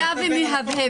זה מה שאמרתי.